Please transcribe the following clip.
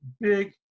big